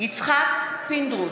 יצחק פינדרוס,